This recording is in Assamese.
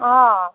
অঁ